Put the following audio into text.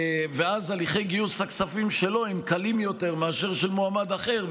ואז הליכי גיוס הכספים שלו הם קלים יותר מאשר של מועמד אחר,